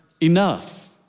enough